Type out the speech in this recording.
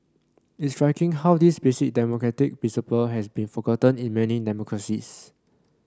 it's striking how this basic democratic principle has been forgotten in many democracies